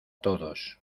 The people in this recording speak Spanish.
todos